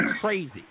crazy